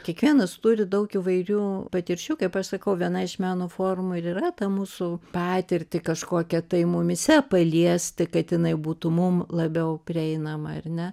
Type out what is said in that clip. kiekvienas turi daug įvairių patirčių kaip aš sakau viena iš meno formų ir yra ta mūsų patirtį kažkokią tai mumyse paliesti kad jinai būtų mum labiau prieinama ar ne